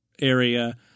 area